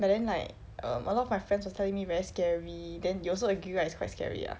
but then like um a lot of my friends was telling me very scary then you also agree right it's quite scary ah